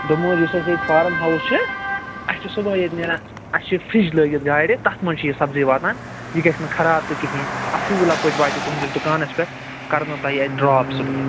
دوٚپمو حظ یُس اسہِ ییٚتہِ فارم ہاوُس چھِ اسہِ چھِ صُبحٲے ییٚتہِ نیران اسہِ چھِ فرِٛج لٲگِتھ گاڑِ تتھ منٛز چھِ یہِ سبزی واتان یہِ گَژھہِ نہٕ خراب تہِ کِہیٖنۍ اصۭل پٲٹھۍ واتہِ یہِ تُہنٛدِس دُکانس پٮ۪ٹھ کرنُو تۄہہِ یہِ اَتہِ ڈرٛاپ صُبحٲے